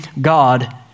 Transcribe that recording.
God